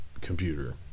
computer